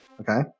Okay